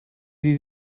sie